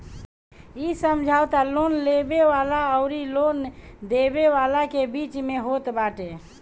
इ समझौता लोन लेवे वाला अउरी लोन देवे वाला के बीच में होत बाटे